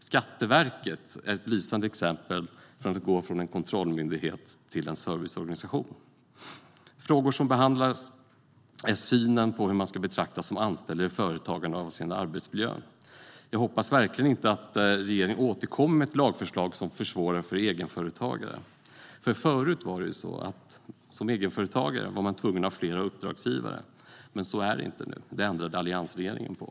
Skatteverket är ett lysande exempel på att man kan gå från att vara en kontrollmyndighet till en serviceorganisation. Exempel på frågor som behandlas i betänkandet är synen på om man ska betraktas som anställd eller företagare avseende arbetsmiljön. Jag hoppas verkligen att regeringen inte återkommer med några lagförslag som försvårar för egenföretagare. Förr var man som egenföretagare tvungen att ha flera uppdragsgivare, men så är det inte nu. Det ändrade alliansregeringen på.